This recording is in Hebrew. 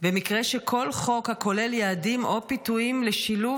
במקרה שכל חוק הכולל יעדים או פיתויים לשילוב